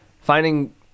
finding